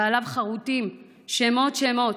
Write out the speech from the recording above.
ועליו חרוטים שמות, שמות,